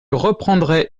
reprendrai